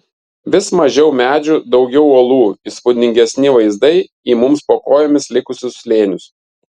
vis mažiau medžių daugiau uolų įspūdingesni vaizdai į mums po kojomis likusius slėnius